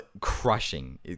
crushing